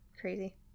Crazy